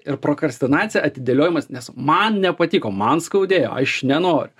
ir prokrastinacija atidėliojimas nes man nepatiko man skaudėjo aš nenoriu